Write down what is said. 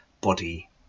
body